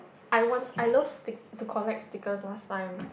I want I love stick to collect stickers last time